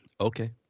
Okay